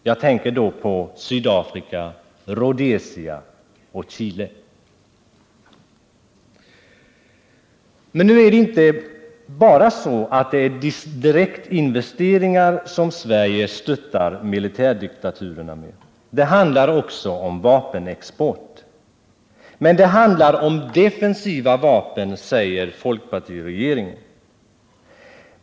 Jag tänker då på Sydafrika, Rhodesia och Chile. Nu är det inte bara direktinvesteringar som Sverige stöttar militärdiktaturerna med. Det handlar också om vapenexport. Men det handlar om defensiva vapen, säger folkpartiregeringen.